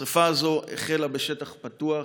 השריפה הזאת החלה בשטח פתוח,